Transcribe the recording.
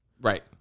Right